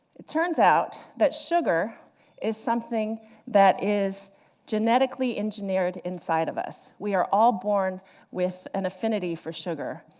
it turns out that sugar is something that is genetically engineered inside of us. we are all born with an affinity for sugar,